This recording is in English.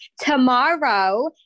tomorrow